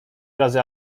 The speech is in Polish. razy